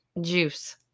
juice